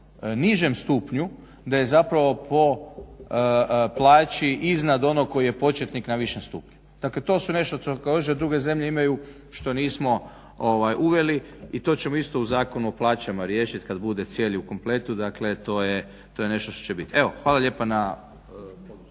nižem stupnju, da je zapravo po plaći iznad onog koji je početnik na višem stupnju. Dakle, to su nešto što također druge zemlje imaju što nismo uveli i to ćemo isto u Zakonu o plaćama riješiti kad bude cijeli u kompletu. Dakle, to je nešto što će bit. Evo hvala lijepa.